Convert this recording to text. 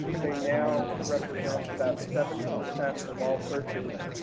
they now represent about seventy percent of all searches.